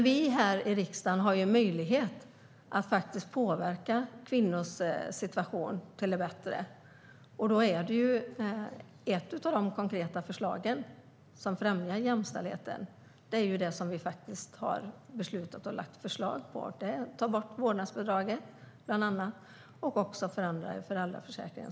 Vi i riksdagen kan påverka kvinnors situation till det bättre. Ett av de konkreta förslagen som främjar jämställdheten är att ta bort vårdnadsbidraget och förändra föräldraförsäkringen.